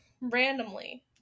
randomly